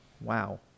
Wow